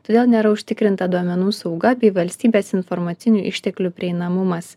todėl nėra užtikrinta duomenų sauga bei valstybės informacinių išteklių prieinamumas